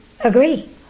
agree